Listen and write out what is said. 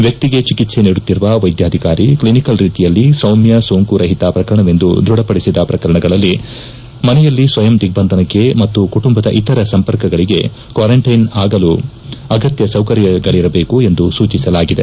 ವ್ಯಕ್ತಿಗೆ ಚಿಕಿತ್ಸೆ ನೀಡುತ್ತಿರುವ ವೈದ್ಯಾಧಿಕಾರಿ ಕ್ಲಿನಿಕಲ್ ರೀತಿಯಲ್ಲಿ ಸೌಮ್ಯ ಸೋಂಕು ರಹಿತ ಪ್ರಕರಣವೆಂದು ದೃಢಪಡಿಸದ ಪ್ರಕರಣಗಳಲ್ಲಿ ಮನೆಯಲ್ಲಿ ಸ್ವಯಂ ದಿಗ್ಬಂಧನಕ್ಕೆ ಮತ್ತು ಕುಟುಂಬದ ಇತರ ಸಂಪರ್ಕಗಳಿಗೆ ಕ್ವಾರಂಟೈನ್ ಆಗಲು ಅಗತ್ಯ ಸೌಕರ್ಯಗಳಿರಬೇಕು ಎಂದು ಸೂಚಿಸಲಾಗಿದೆ